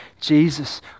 Jesus